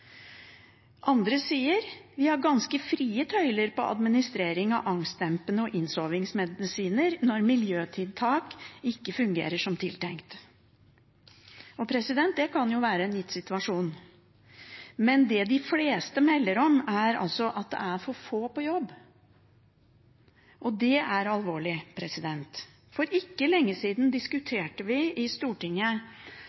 Andre sier: «Vi har ganske ‘frie tøyler’ på administrering av angstdempende og innsovningsmedisiner når miljøtiltak ikke fungerer som tiltenkt.» Det kan jo være slik i en gitt situasjon. Men det de fleste melder om, er at det er for få på jobb. Det er alvorlig. For ikke lenge siden